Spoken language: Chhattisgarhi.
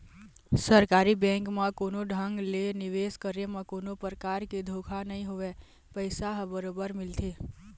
सरकारी बेंक म कोनो ढंग ले निवेश करे म कोनो परकार के धोखा नइ होवय पइसा ह बरोबर मिलथे